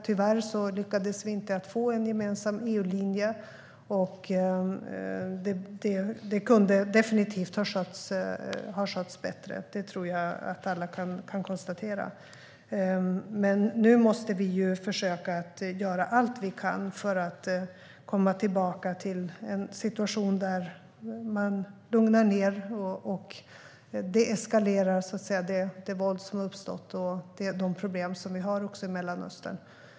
Tyvärr lyckades vi inte få en gemensam EU-linje. Det kunde definitivt ha skötts bättre. Det tror jag att alla kan konstatera. Nu måste vi försöka att göra allt vi kan för att komma tillbaka till en situation där man lugnar ned och deesklarerar det våld som har uppstått och de problem som vi har i Mellanöstern.